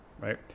right